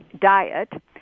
diet